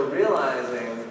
realizing